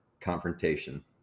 confrontation